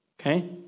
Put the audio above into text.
Okay